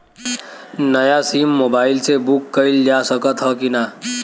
नया SIM mobile से book कइलजा सकत ह कि ना?